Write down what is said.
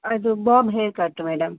ಅದು bob haircut madam